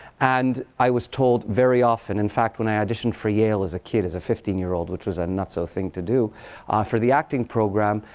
and i was told very often in fact, when i auditioned for yale as a kid, as a fifteen year old which was a and nutso thing to do for the acting program,